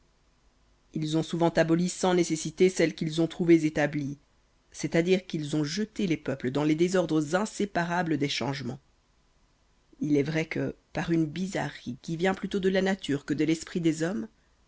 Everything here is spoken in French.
ils ont souvent aboli sans nécessité celles qu'ils ont trouvées établies c'est-à-dire qu'ils ont jeté les peuples dans les désordres inséparables des changements il est vrai que par une bizarrerie qui vient plutôt de la nature que de l'esprit des hommes